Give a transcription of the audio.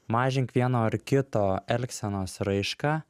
mažink vieno ar kito elgsenos raišką